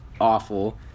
awful